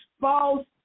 false